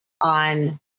on